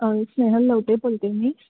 स्नेहल लवटे बोलते मी